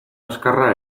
azkarra